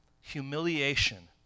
humiliation